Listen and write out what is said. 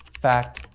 fact,